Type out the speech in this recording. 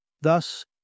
thus